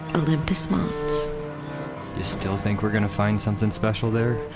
olympus mons you still think we're going to find something special there?